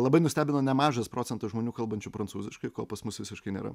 labai nustebino nemažas procentas žmonių kalbančių prancūziškai ko pas mus visiškai nėra